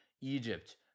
Egypt